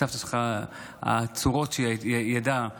הסבתא שלך, הצורה שבה היא ידעה